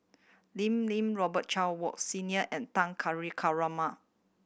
Lim Lee Robet Carr Wood Senior and Kulasekaram